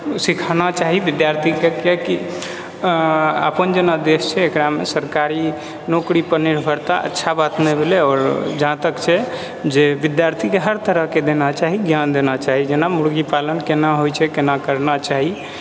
सीखाना चाही विद्यार्थीके किआकि अपन जेना देश छै एकरामे सरकारी नौकरी पर निर्भरता अच्छा बात नहि भेलै आओर जहाँ तक छै जे विद्यार्थीके हर तरहके देना चाही ज्ञान देना चाही जेना मुर्गीपालन केना होइ छै केना करना चाही